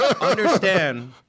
Understand